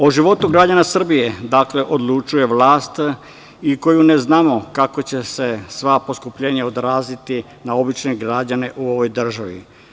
O životu građana Srbije, dakle, odlučuje vlast iako ne znamo kako će se sva poskupljenja odraziti na obične građane u ovoj državi.